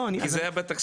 כי זה היה בתקציב.